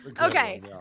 Okay